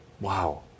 Wow